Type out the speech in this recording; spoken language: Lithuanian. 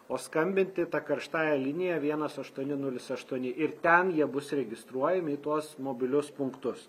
o skambinti ta karštąja linija vienas aštuoni nulis aštuoni ir ten jie bus registruojami į tuos mobilius punktus